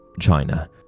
China